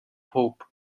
pope